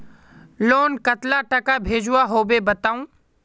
Loan कतला टाका भेजुआ होबे बताउ?